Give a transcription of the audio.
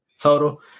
total